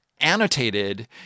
annotated